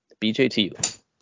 BJT